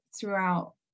throughout